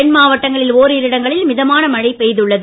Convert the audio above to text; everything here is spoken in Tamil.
தென் மாவட்டங்களில் ஓரிரு இடங்களில் மிதமான மழை பெய்துள்ளது